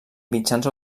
mitjans